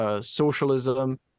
socialism